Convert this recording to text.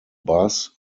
bus